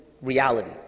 reality